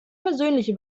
persönliche